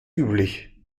üblich